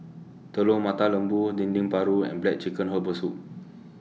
Telur Mata Lembu Dendeng Paru and Black Chicken Herbal Soup